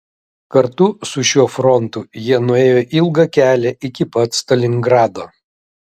kartu su šiuo frontu jie nuėjo ilgą kelią iki pat stalingrado